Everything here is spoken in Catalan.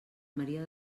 maria